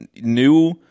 new